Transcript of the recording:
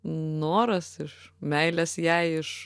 noras iš meilės jai iš